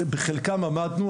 בחלקן עמדנו,